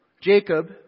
Jacob